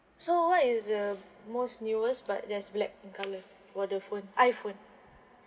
so what is the most newest but there's black in colour for the phone iPhone